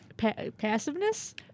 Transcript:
passiveness